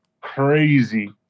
crazy